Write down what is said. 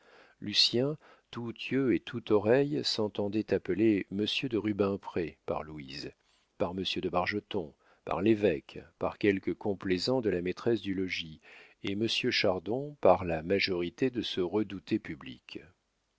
lucien tout yeux et tout oreilles s'entendait appeler monsieur de rubempré par louise par monsieur de bargeton par l'évêque par quelques complaisants de la maîtresse du logis et monsieur chardon par la majorité de ce redouté public